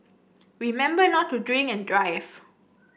remember not to drink and drive